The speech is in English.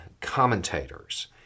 commentators